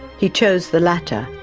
he chose the latter.